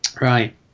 Right